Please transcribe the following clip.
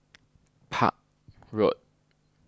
Park Road